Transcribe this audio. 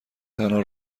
تنها